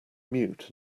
mute